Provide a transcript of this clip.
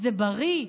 זה בריא,